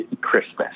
Christmas